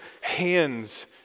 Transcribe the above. hands